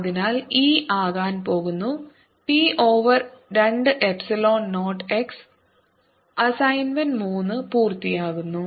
അതിനാൽ ഇ ആകാൻ പോകുന്നു P over 2 epsilon 0 x assignment 3 പൂർത്തിയാകുന്നു